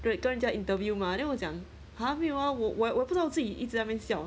对跟人家 interview mah then 我讲 !huh! 没有啊我我我不知道自己一直在那边笑